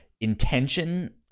intention